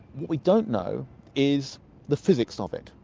what we don't know is the physics of it.